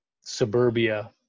suburbia